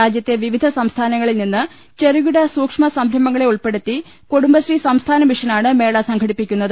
രാജ്യത്തെ വിവിധ സംസ്ഥാനങ്ങളിൽ നിന്ന് ചെറു കിട സൂക്ഷ്മ സംരംഭങ്ങളെ ഉൾപ്പെടുത്തി കുടുംബശ്രീ സംസ്ഥാന മിഷനാണ് മേള സംഘടിപ്പിക്കുന്നത്